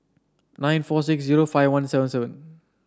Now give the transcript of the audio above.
nine four six zero five one seven seven